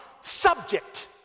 subject